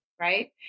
right